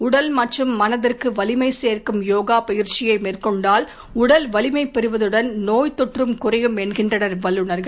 உடல் மற்றும் மனதிந்கு வலிமை சேர்க்கும் யோகா பயிற்சியை மேற்கொண்டால் உடல் வலிமை பெறுவதுடன் நோய் தொற்றும் குறையும் என்கின்றனர் வல்லுநர்கள்